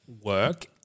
work